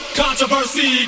controversy